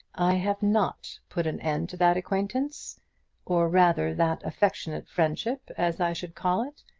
i have not put an end to that acquaintance or rather that affectionate friendship as i should call it,